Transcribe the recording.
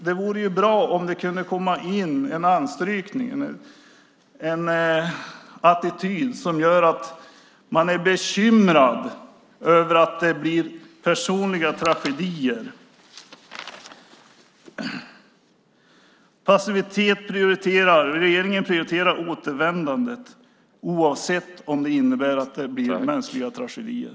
Det vore bra om det kunde komma in en anstrykning eller en attityd som visar att man är bekymrad över att det blir personliga tragedier. Passivitet prioriteras. Regeringen prioriterar återvändandet oavsett om det innebär mänskliga tragedier.